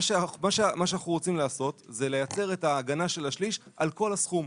מה שאנחנו רוצים לעשות זה לייצר את ההגנה של השליש על כל הסכום.